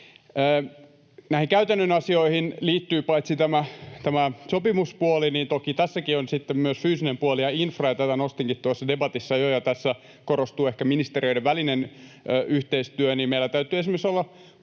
näihin käytännön asioihin liittyy tämä sopimuspuoli, niin toki tässäkin on myös fyysinen puoli ja infra, ja tätä nostinkin jo tuossa debatissa. Tässä korostuu ehkä ministeriöiden välinen yhteistyö. Meillä täytyy esimerkiksi olla